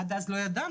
עד אז לא ידענו,